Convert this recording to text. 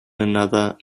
another